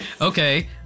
Okay